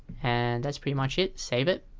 and that's pretty much it. save it